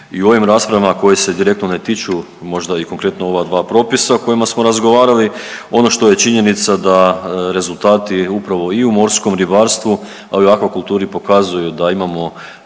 u ovim raspravama koji se direktno ne tiču možda i konkretno ova dva propisa o kojima smo razgovarali. Ono što je činjenica da rezultati upravo i u morskom ribarstvu, a i u akvakulturi pokazuju da imamo